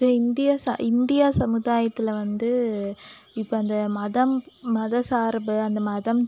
இப்போ இந்திய இந்தியா சமுதாயத்தில் வந்து இப்போ அந்த மதம் மத சார்பு அந்த மதம்